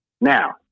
Now